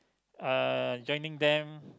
uh joining them